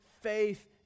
faith